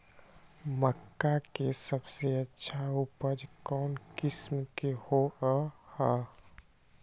मक्का के सबसे अच्छा उपज कौन किस्म के होअ ह?